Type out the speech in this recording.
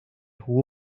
jugó